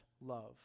love